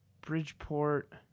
Bridgeport